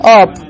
up